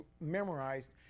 memorized